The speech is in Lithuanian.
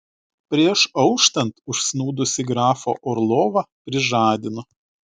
prieš auštant užsnūdusį grafą orlovą prižadino